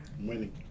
Winning